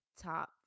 top